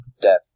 death